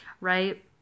right